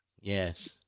Yes